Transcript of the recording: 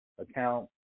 account